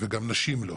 וגם נשים לא.